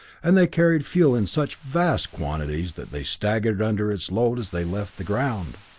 and they carried fuel in such vast quantities that they staggered under its load as they left the ground!